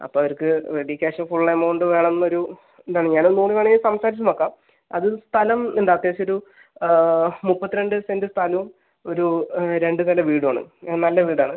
അപ്പോൾ അവർക്ക് ready cash full amount വേണമെന്ന് ഒരു എന്താണ് ഞാൻ ഒന്നുകൂടി വേണമെങ്കിൽ സംസാരിച്ച് നോക്കം അത് സ്ഥലം ഉണ്ട് അത്യാവശ്യം ഒരു മുപ്പത്തിരണ്ട് സെന്റ് സ്ഥലവും ഒരു രണ്ട് സെന്റ് വീടും ആണ് ആ നല്ല വീട് ആണ്